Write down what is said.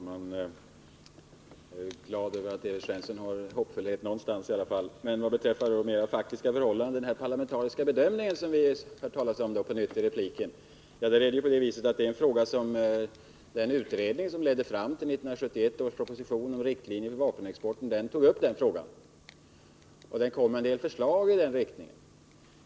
Herr talman! Jag är glad att Evert Svensson kan sätta sitt hopp till någonting. Men för att övergå till mera faktiska förhållanden, så har frågan om den parlamentariska bedömning, som herr Svensson nämnde på nytt i repliken, tagits upp till behandling av den utredning som ledde fram till 1971 års proposition om riktlinjer för vapenexport. Utredningen lade fram en del förslag i den riktningen.